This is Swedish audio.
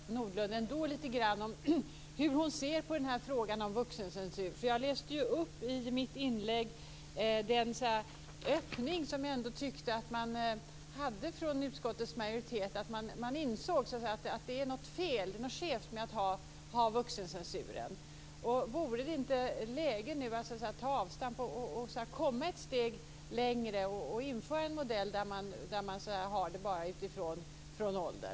Herr talman! Jag vill fråga Barbro Hietala Nordlund om hur hon ser på frågan om vuxencensur. I mitt anförande tog jag upp den öppning som jag tyckte att utskottets majoritet hade. Man insåg att det är något skevt med att ha vuxencensur. Vore det inte läge nu att ta avstamp, gå ett steg längre och införa en modell med censur som bara baseras på ålder?